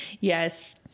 Yes